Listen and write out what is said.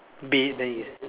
bed then you